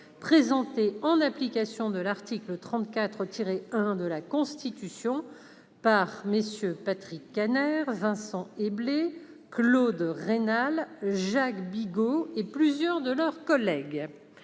présentée, en application de l'article 34-1 de la Constitution, par MM. Patrick Kanner, Vincent Éblé, Claude Raynal, Jacques Bigot et plusieurs de leurs collègues